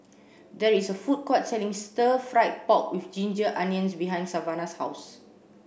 there is a food court selling stir fried pork with ginger onions behind Savanah's house